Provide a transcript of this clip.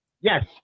Yes